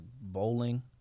bowling